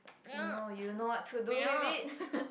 you know you'll know what to do with it